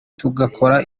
tugakora